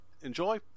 enjoy